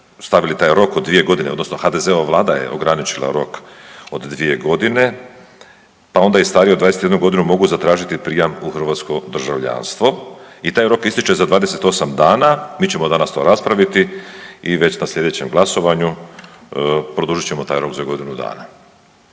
stavili taj rok od 2 godine, odnosno HDZ-ova Vlada je ograničila rok od 2 godine, pa onda je stavio 21 godinu mogu tražiti prijam u hrvatsko državljanstvo i taj rok ističe za 28 dana. Mi ćemo danas to raspraviti i već na sljedećem glasovanju produžit ćemo taj rok za godinu dana.